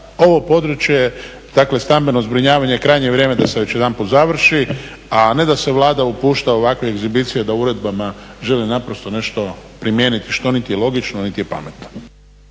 ovo područje, dakle stambeno zbrinjavanje, je krajnje vrijeme da se već jednom završi, a ne da se Vlada upušta u ovakve egzibicije da uredbama želi naprosto nešto primijeniti što niti je logično niti je pametno.